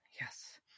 Yes